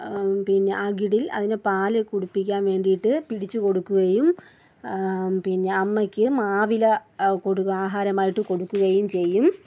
പിന്നെ അകിടിൽ അതിനെ പാൽ കുടിപ്പിക്കാൻ വേണ്ടിയിട്ട് പിടിച്ചു കൊടുക്കുകയും പിന്നെ അമ്മക്കു മാവില കൊടു ആഹാരമായിട്ട് കൊടുക്കുകയും ചെയ്യും